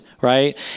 right